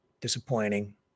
disappointing